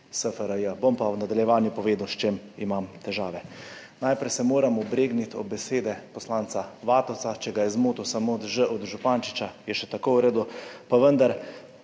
SFRJ. Bom pa v nadaljevanju povedal, s čim imam težave. Najprej se moram obregniti ob besede poslanca Vatovca, če ga je zmotil samo ž od Župančiča, je še tako v redu, pa vendar,